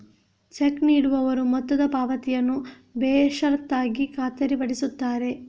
check ನೀಡುವವರು ಮೊತ್ತದ ಪಾವತಿಯನ್ನು ಬೇಷರತ್ತಾಗಿ ಖಾತರಿಪಡಿಸುತ್ತಾರೆ